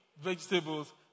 vegetables